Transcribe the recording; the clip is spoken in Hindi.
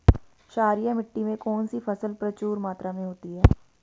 क्षारीय मिट्टी में कौन सी फसल प्रचुर मात्रा में होती है?